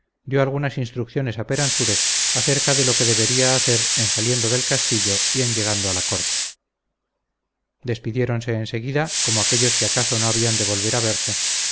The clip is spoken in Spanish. dio algunas instrucciones a peransúrez acerca de lo que debería hacer en saliendo del castillo y en llegando a la corte despidiéronse en seguida como aquéllos que acaso no habían de volver a verse